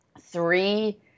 three